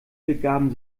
begaben